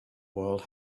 world